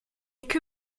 que